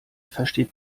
versteht